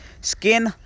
Skin